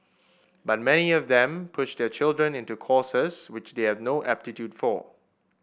but many of them push their children into courses which they have no aptitude for